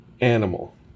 animal